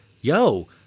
yo